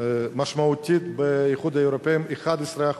משמעותית באיחוד האירופי, 11%,